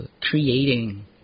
creating